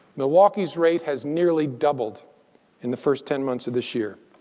milwaukee's rate has nearly doubled in the first ten months of this year.